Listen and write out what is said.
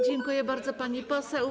Dziękuję bardzo, pani poseł.